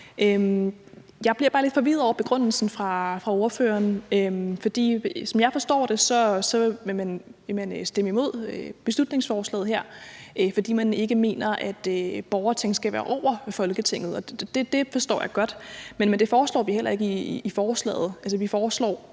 bare lidt forvirret over begrundelsen fra ordføreren. For som jeg forstår det, vil man stemme imod beslutningsforslaget her, fordi man ikke mener, at et borgerting skal være over Folketinget. Det forstår jeg godt. Men det foreslår vi heller ikke i forslaget.